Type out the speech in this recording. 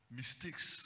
mistakes